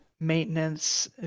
Maintenance